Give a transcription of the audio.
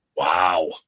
Wow